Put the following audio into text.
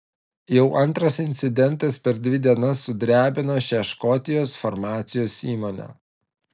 jau antras incidentas per dvi dienas sudrebino šią škotijos farmacijos įmonę